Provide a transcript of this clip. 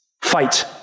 Fight